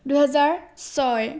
দুহেজাৰ ছয়